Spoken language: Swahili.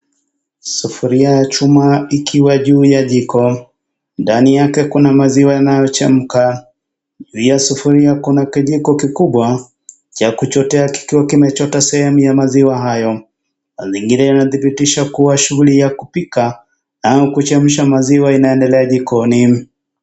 Sufuria ya chuma ikiwa juu ya jiko ndani yake kuna maziwa yanayochemka, juu ya sufuria kuna kijiko kikubwa cha kuchotea kikiwa kimechotea sehemu ya maziwa hayo. Nyingine inashibitisha shughuli ya kupika au kuchemsha maziwa inaendelea jikoni.